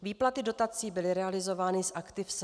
Výplaty dotací byly realizovány z aktiv SFRB.